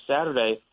Saturday